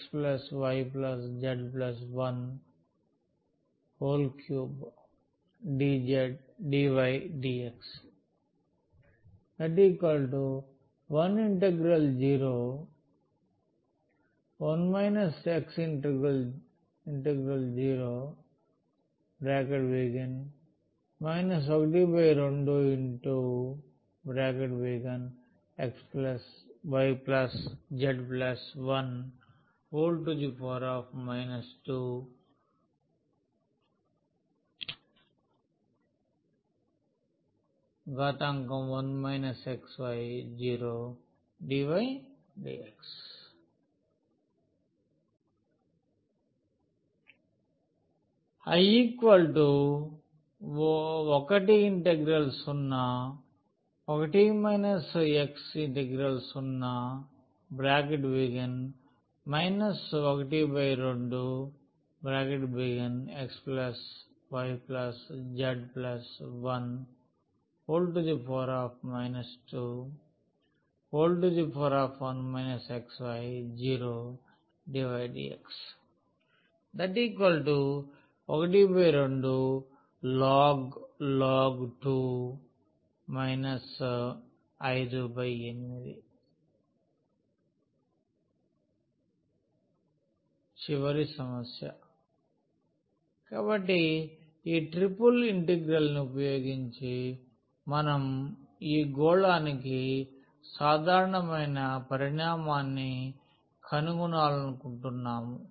I x 01y 01 xz 01 xy1x y z 13dz dy dx 0101 x 12x y z 1 201 xydydx I 0101 x 12x y z 1 201 xydydx 12log 2 58 చివరి సమస్య కాబట్టి ఈ triple ఇంటిగ్రల్ని ఉపయోగించి మనం ఈ గోళానికి సాధారణమైన పరిమాణాన్ని కనుగొనాలనుకుంటున్నాము